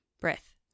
breath